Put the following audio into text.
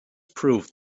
proved